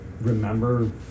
remember